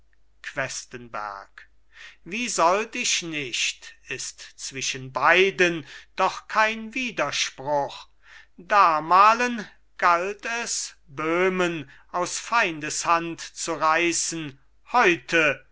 questenberg wie sollt ich nicht ist zwischen beiden doch kein widerspruch damalen galt es böhmen aus feindes hand zu reißen heute